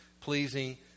pleasing